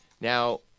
Now